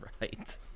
right